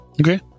Okay